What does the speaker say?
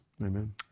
Amen